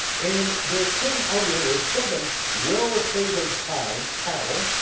and there came out of the river seven well-favored kine, cattle,